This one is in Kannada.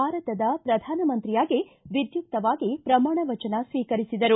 ಭಾರತದ ಪ್ರಧಾನಮಂತ್ರಿಯಾಗಿ ವಿದ್ಯುಕ್ತವಾಗಿ ಪ್ರಮಾಣ ವಚನ ಸ್ವೀಕರಿಸಿದರು